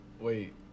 Wait